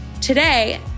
Today